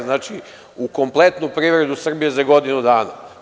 Znači, u kompletnu privredu Srbije za godinu dana.